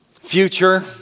future